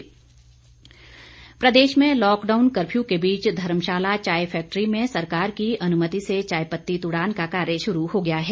चाय तुड़ान प्रदेश में लॉकडाउन कफ्यू के बीच धर्मशाला चाय फैक्ट्री में सरकार की अनुमति से चाय पत्ती तुड़ान का कार्य शुरू हो गया है